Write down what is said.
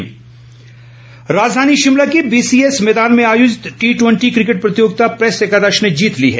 cricket राजधानी शिमला के BCS मैदान में आयोजित टी ट़वेंटी क्रिकेट प्रतियोगिता प्रेस एकादश ने जीत ली है